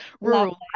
Rural